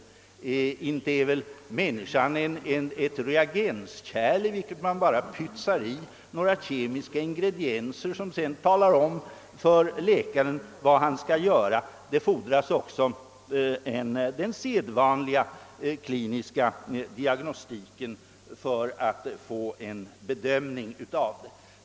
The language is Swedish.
Inte är väl människan ett reagenskärl, i vilket man bara häller i några kemiska ingredienser, vilka sedan talar om för läkaren vad han skall göra. Det fordras också den sedvanliga kliniska bedömningen av patienten.